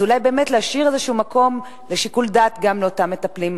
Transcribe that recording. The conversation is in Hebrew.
אז אולי באמת להשאיר מקום לשיקול דעת גם לאותם מטפלים,